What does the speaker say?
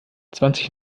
zwanzig